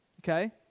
okay